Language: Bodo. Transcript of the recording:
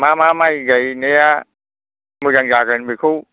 मा मा माइ गायनाया मोजां जादों बेखौ